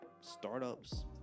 startups